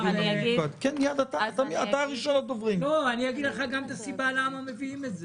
--- אני אגיד לך את הסיבה למה מביאים את זה.